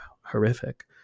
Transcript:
horrific